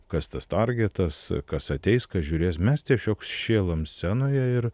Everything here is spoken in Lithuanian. kas tas targetas kas ateis kas žiūrės mes tiesiog šėlom scenoje ir